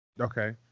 Okay